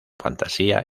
fantasía